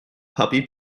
puppy